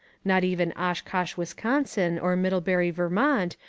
not even oshkosh, wisconsin, or middlebury, vermont,